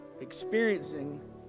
experiencing